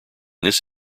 this